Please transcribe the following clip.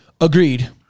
agreed